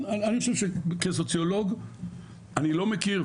אני חושב שכסוציולוג אני לא מכיר,